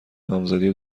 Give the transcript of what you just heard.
نامزدی